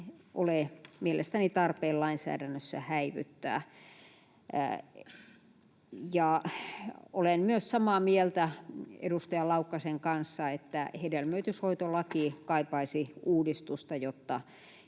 ole mielestäni tarpeen lainsäädännössä häivyttää. Olen samaa mieltä edustaja Laukkasen kanssa myös siitä, että hedelmöityshoitolaki kaipaisi uudistusta, jotta